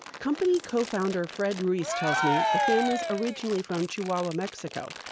company cofounder fred ruiz tells me the family's originally from chihuahua, mexico,